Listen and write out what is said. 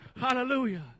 Hallelujah